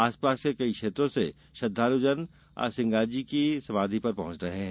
आसपास के कई क्षेत्रों से श्रद्वालुजन आज सिंगाजी की समाधि पर पहॅच रहे हैं